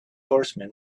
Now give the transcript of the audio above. horsemen